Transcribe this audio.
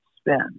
spend